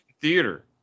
theater